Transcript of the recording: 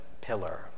pillar